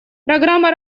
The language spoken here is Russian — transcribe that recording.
программа